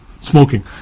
smoking